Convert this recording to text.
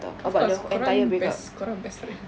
of course korang best korang best friend